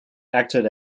acted